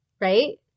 Right